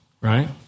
right